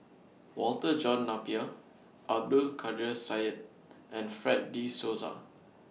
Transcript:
Walter John Napier Abdul Kadir Syed and Fred De Souza